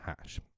hash